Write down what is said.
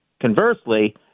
Conversely